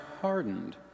hardened